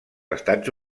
estats